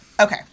okay